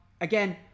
Again